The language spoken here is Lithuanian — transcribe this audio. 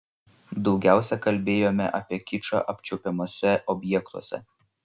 daugiausia kalbėjome apie kičą apčiuopiamuose objektuose